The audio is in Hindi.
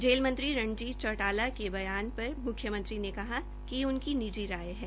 जेल मंत्री रंजीत चौटाला के बयान पर म्ख्यमंत्री ने कहा कि ये उनकी निजी राय है